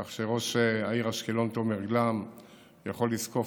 כך שראש העיר אשקלון תומר גלאם יכול לזקוף